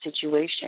situation